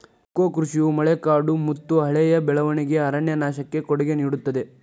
cocoa ಕೃಷಿಯು ಮಳೆಕಾಡುಮತ್ತುಹಳೆಯ ಬೆಳವಣಿಗೆಯ ಅರಣ್ಯನಾಶಕ್ಕೆ ಕೊಡುಗೆ ನೇಡುತ್ತದೆ